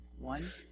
One